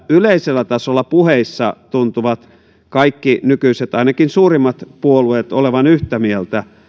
yleisellä tasolla puheissa kaikki nykyiset puolueet ainakin suurimmat puolueet olevan yhtä mieltä